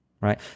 right